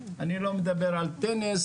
אני לא מדבר על טניס,